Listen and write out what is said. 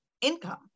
income